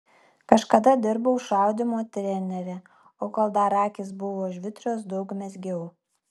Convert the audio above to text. kažkada dirbau šaudymo trenere o kol dar akys buvo žvitrios daug mezgiau